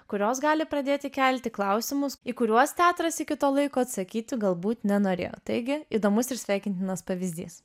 kurios gali pradėti kelti klausimus į kuriuos teatras iki to laiko atsakyti galbūt nenorėjo taigi įdomus ir sveikintinas pavyzdys